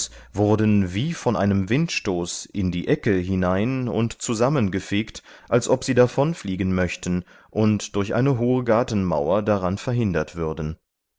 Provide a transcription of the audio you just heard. wurden wie von einem windstoß in die ecke hinein und zusammengefegt als ob sie davonfliegen möchten und durch eine hohe gartenmauer daran verhindert würden